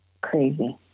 crazy